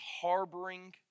harboring